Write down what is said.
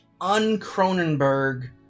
un-Cronenberg